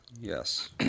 Yes